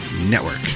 Network